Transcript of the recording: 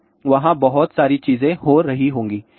तो वहाँ बहुत सारी चीजें हो रही होंगी